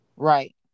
Right